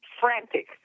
frantic